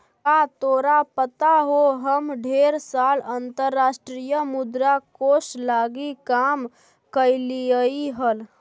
का तोरा पता हो हम ढेर साल अंतर्राष्ट्रीय मुद्रा कोश लागी काम कयलीअई हल